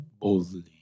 boldly